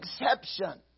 exception